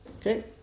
Okay